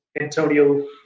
Antonio